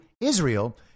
Israel